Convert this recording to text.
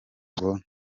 ngo